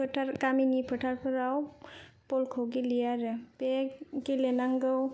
गामिनि फोथारफोराव बलखौ गेलेयो आरो बे गेलेनांगौ